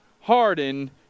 harden